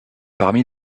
parmi